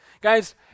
Guys